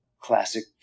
classic